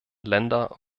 länder